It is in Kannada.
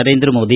ನರೇಂದ್ರ ಮೋದಿ